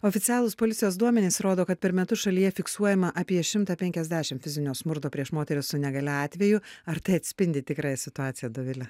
oficialūs policijos duomenys rodo kad per metus šalyje fiksuojama apie šimtą penkiasdešimt fizinio smurto prieš moteris su negalia atvejų ar tai atspindi tikrąją situaciją dovile